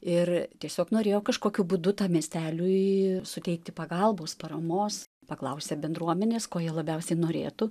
ir tiesiog norėjo kažkokiu būdu tam miesteliui suteikti pagalbos paramos paklausė bendruomenės ko jie labiausiai norėtų